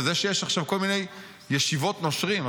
וזה שיש עכשיו כל מיני ישיבות נושרים,